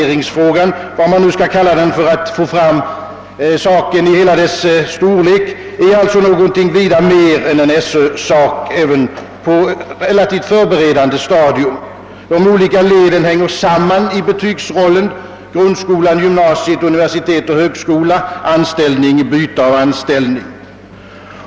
ringsfrågan — vad man nu skall kalla den för att framställa den i hela dess omfattning — är alltså någonting vida mer än en SöÖ-sak, även på relativt förberedande stadium. De olika leden hänger samman i betygsrollen: grundskola, gymnasium, universitet och högskola, anställning och byte av anställning.